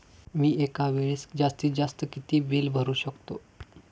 मी एका वेळेस जास्तीत जास्त किती बिल भरू शकतो?